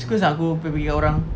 suka sia aku pekik-pekik kat orang